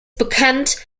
bekannt